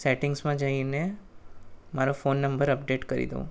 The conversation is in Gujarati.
સેટિંગ્સમાં જઈને મારો ફોન નંબર અપડેટ કરી દઉં